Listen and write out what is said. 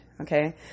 Okay